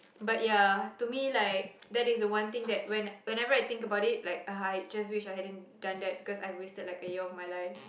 but ya to me like that is the one thing that when whenever I think about it like I just wish I hadn't done that because I wasted like a year of my life